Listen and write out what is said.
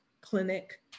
clinic